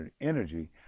energy